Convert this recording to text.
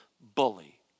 bully